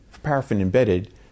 paraffin-embedded